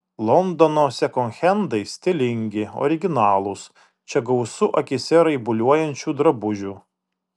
londono sekonhendai stilingi originalūs čia gausu akyse raibuliuojančių drabužių